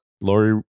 Lori